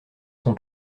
son